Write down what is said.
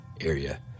area